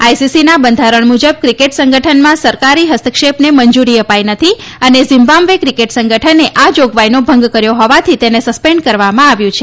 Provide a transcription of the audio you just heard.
આઈસીસીના બંધારણ મુજબ ક્રિકેટ સંગઠનમાં સરકારી હસ્તક્ષેપને મંજુરી અપાઈ નથી અને ઝિમ્બાબ્વે ક્રિકેટ સંગઠને આ જાગવાઈનો ભંગ કર્યો હોવાથી તેને સસ્પેન્ડ કરવામાં આવ્યું છે